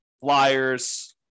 flyers